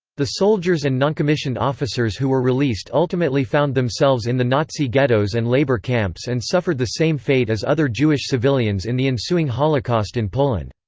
the soldiers and non-commissioned officers who were released ultimately found themselves in the nazi ghettos and labor camps and suffered the same fate as other jewish civilians in the ensuing holocaust in poland.